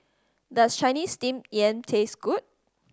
does Chinese Steamed Yam taste good